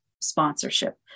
sponsorship